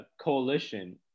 coalition